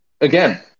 again